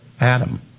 Adam